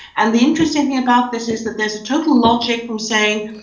and the interesting thing about this is that there's a total logic from saying,